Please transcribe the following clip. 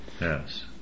Yes